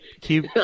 keep